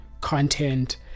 content